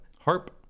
Harp